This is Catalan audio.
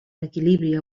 equilibri